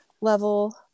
level